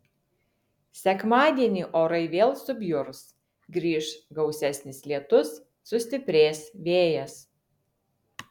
sekmadienį orai vėl subjurs grįš gausesnis lietus sustiprės vėjas